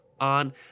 on